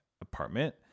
apartment